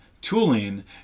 tooling